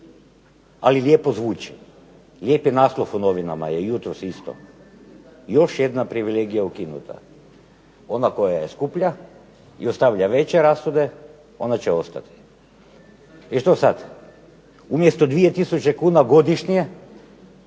ali lijepo zvuči. Lijepi naslov u novinama je isto – još jedna privilegija ukinuta. Ona koja je skuplja i ostavlja veće rashode ona će ostati. I što sad? Umjesto 2000 kn godišnje